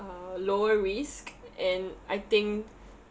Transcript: uh lower risk and I think